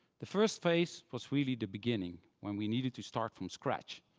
the first phase was really the beginning when we needed to start from scratch.